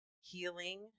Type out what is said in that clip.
healing